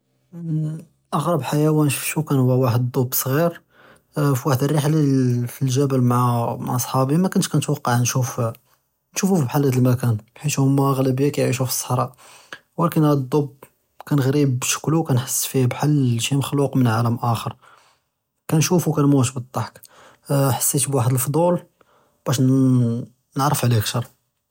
אה אַגְרַב חַיְוַאן שְׁפְּתוּ כָּאן הוּ הוֹחַדְדַלְדּבּ Ṣְעִיר אַה פוּחַד אֶלְרִחְלַה לֶגַ'בַּל מְעַא אַה מְעַא Ṣְחַאבִּי מַכַּנְתֵּש כַּאנְ נְתְוַקַע נְשּׁוּף נְשּׁוּפוּ בְּחַאל הַדּ מָקַאן חִית הוּמַא אַغְלַבִּיָה כַּיְעִישּׁוּ פִּלְṣָחְרָא וּלָקִין הַדּ דַּבּ כַּאנְעְרִיב שְׁכְּלוֹ וְכַאנְחִס פִּיהּ בְּחַאל שִׁי מִכְלּוּק מִן עָלַם אַחַר כַּאנְשּׁוּפוּ כַּאנְמוּת בַּאֶלְضَّחַك אַה אַה חַסִית בוּחַד אֶלְפַضּוּל בַּאש נְנ נְעַרֶף עָלֵيه כִּתַר.